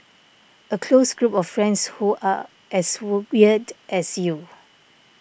a close group of friends who are as wool weird as you